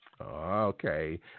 Okay